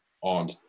on